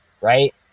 right